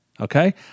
Okay